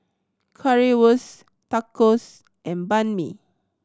Currywurst Tacos and Banh Mi